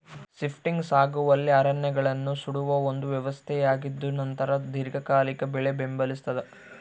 shifting ಸಾಗುವಳಿ ಅರಣ್ಯಗಳನ್ನು ಸುಡುವ ಒಂದು ವ್ಯವಸ್ಥೆಯಾಗಿದ್ದುನಂತರ ದೀರ್ಘಕಾಲಿಕ ಬೆಳೆ ಬೆಂಬಲಿಸ್ತಾದ